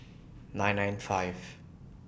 nine nine five